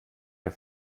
der